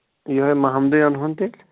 یِہوٚے مَحمدُے اَنہون تیٚلہِ